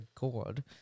God